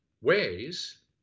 ways